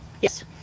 Yes